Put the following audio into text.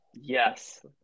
yes